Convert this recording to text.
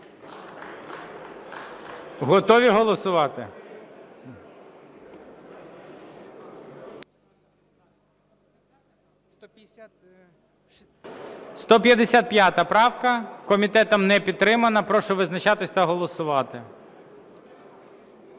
Готові голосувати? 155 правка, комітетом не підтримана. Прошу визначатися та голосувати.